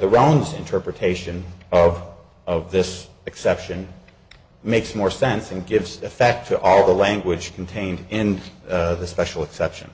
the rounds interpretation of of this exception makes more sense and gives effect to all the language contained in the special exception